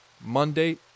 Monday